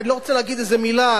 אני לא רוצה להגיד איזה מלה,